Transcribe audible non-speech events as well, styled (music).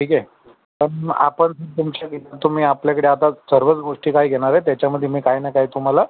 ठीक आहे पण आपण तुमच्या (unintelligible) तुम्ही आपल्याकडे आता सर्वच गोष्टी काय घेणार आहे त्याच्यामध्ये मी काही ना काही तुम्हाला